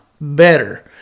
better